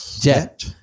jet